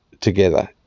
together